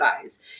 guys